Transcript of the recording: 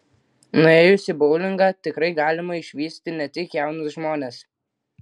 nuėjus į boulingą tikrai galima išvysti ne tik jaunus žmones